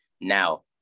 now